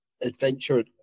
adventure